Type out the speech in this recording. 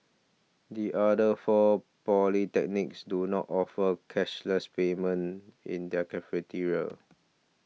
the other four polytechnics do not offer cashless payment in their cafeterias